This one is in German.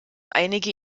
einige